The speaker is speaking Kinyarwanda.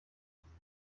hamwe